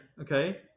okay